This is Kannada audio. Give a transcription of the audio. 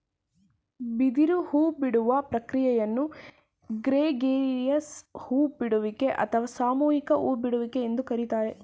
ಬಿದಿರು ಹೂಬಿಡುವ ಪ್ರಕ್ರಿಯೆಯನ್ನು ಗ್ರೆಗೇರಿಯಸ್ ಹೂ ಬಿಡುವಿಕೆ ಅಥವಾ ಸಾಮೂಹಿಕ ಹೂ ಬಿಡುವಿಕೆ ಎಂದು ಕರಿತಾರೆ